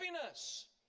happiness